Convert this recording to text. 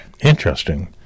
interesting